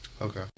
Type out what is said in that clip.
Okay